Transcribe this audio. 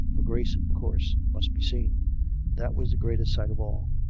her grace, of course, must be seen that was the greatest sight of all.